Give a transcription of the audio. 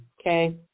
Okay